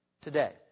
today